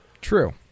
True